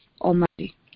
Almighty